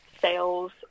sales